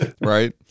Right